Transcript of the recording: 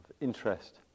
interest